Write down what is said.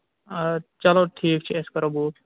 آ چلو ٹھیٖک چھُ أسۍ کرو بُک